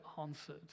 answered